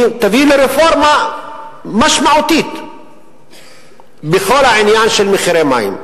תביא לרפורמה משמעותית בכל העניין של מחירי מים.